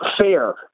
fair